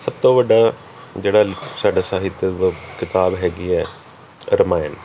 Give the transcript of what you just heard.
ਸਭ ਤੋਂ ਵੱਡਾ ਜਿਹੜਾ ਸਾਡਾ ਸਾਹਿਤਯ ਕਿਤਾਬ ਹੈਗੀ ਹੈ ਰਮਾਇਣ